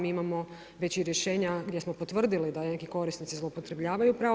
Mi imamo već i rješenja gdje smo potvrdili da neki korisnici zloupotrebljavaju pravo.